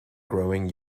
growing